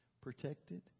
protected